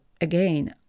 again